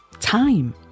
time